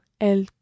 el